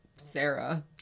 sarah